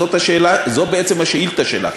זאת בעצם השאילתה שלך.